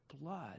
blood